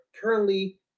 currently